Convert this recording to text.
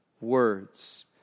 words